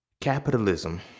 Capitalism